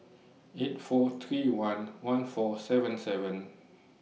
eight four three one one four seven seven